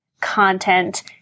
content